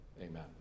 amen